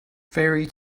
fairy